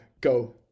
Go